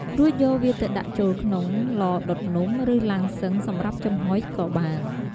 រួចយកវាទៅដាក់ចូលក្នុង ឡដុតនំ ឬ ឡាំងស៊ឹងសម្រាប់ចំហុយ ក៏បាន។